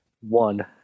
One